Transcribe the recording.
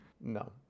no